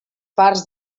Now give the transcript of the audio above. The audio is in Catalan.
parts